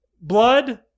Blood